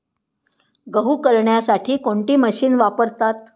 गहू करण्यासाठी कोणती मशीन वापरतात?